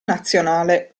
nazionale